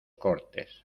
cortes